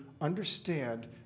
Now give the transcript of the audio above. understand